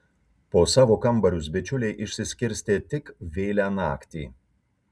po savo kambarius bičiuliai išsiskirstė tik vėlią naktį